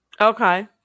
Okay